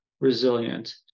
resilient